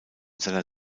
seiner